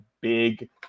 big